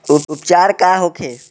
उपचार का होखे?